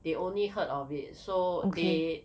they only heard of it so they